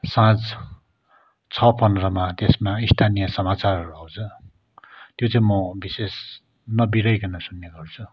साँझ छ पन्ध्रमा त्यसमा स्थानीय समाचारहरू आउँछ त्यो चाहिँ म विशेष नबिराइकन सुन्नेगर्छु